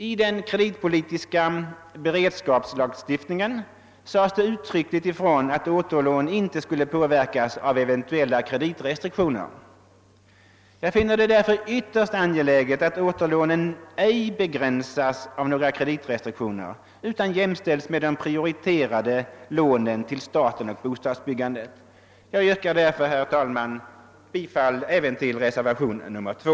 I den kreditpolitiska beredskapslagstiftningen sades det uttryckligt ifrån, att återlån inte skulle påverkas av eventuella kreditrestriktioner. Jag finner det därför ytterst angeläget att återlånen ej begränsas av några kreditrestriktioner utan jämställs med de prioriterade lånen till staten och bostadsbyggandet. Jag yrkar, herr talman, bifall även till reservationen 2.